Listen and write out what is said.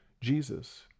Jesus